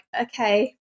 okay